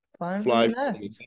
fly